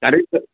चालेल तर